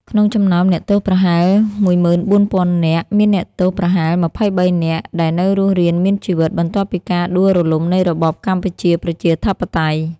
ក្នុងចំណោមអ្នកទោសប្រហែល ១៤០០០ នាក) មានអ្នកទោសប្រហែល២៣នាក់ ដែលនៅរស់រានមានជីវិត បន្ទាប់ពីការដួលរលំនៃរបបកម្ពុជាប្រជាធិបតេយ្យ ។